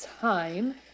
time